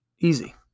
Easy